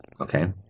Okay